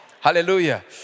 Hallelujah